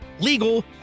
legal